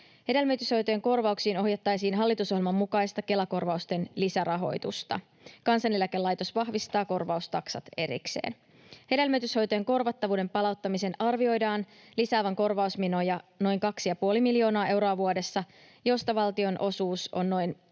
Hedelmöityshoitojen korvauksiin ohjattaisiin hallitusohjelman mukaista Kela-korvausten lisärahoitusta. Kansaneläkelaitos vahvistaa korvaustaksat erikseen. Hedelmöityshoitojen korvattavuuden palauttamisen arvioidaan lisäävän korvausmenoja noin kaksi ja puoli miljoonaa euroa vuodessa, josta valtion osuus on noin 1,3